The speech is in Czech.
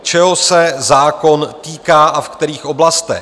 Čeho se zákon týká, a ve kterých oblastech?